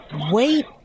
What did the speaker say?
wait